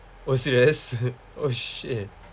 oh serious oh shit